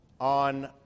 on